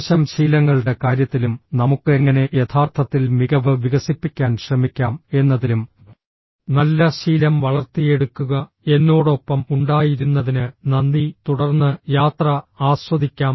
മോശം ശീലങ്ങളുടെ കാര്യത്തിലും നമുക്ക് എങ്ങനെ യഥാർത്ഥത്തിൽ മികവ് വികസിപ്പിക്കാൻ ശ്രമിക്കാം എന്നതിലും നല്ല ശീലം വളർത്തിയെടുക്കുക എന്നോടൊപ്പം ഉണ്ടായിരുന്നതിന് നന്ദി തുടർന്ന് യാത്ര ആസ്വദിക്കാം